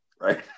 right